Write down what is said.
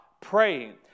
praying